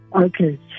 Okay